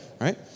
right